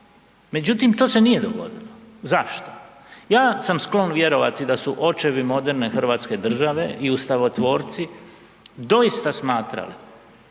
međutim to se nije dogodilo. Zašto? Ja sam sklon vjerovati da su očevi moderne hrvatske države i ustavotvorci, doista smatrali